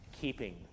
keeping